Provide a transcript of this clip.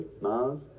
Mars